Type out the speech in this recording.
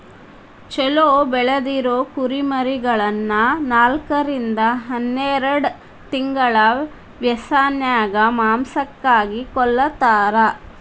ಚೊಲೋ ಬೆಳದಿರೊ ಕುರಿಮರಿಗಳನ್ನ ನಾಲ್ಕರಿಂದ ಹನ್ನೆರಡ್ ತಿಂಗಳ ವ್ಯಸನ್ಯಾಗ ಮಾಂಸಕ್ಕಾಗಿ ಕೊಲ್ಲತಾರ